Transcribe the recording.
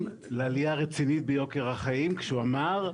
לעלייה רצינית ביוקר החיים כשהוא אמר,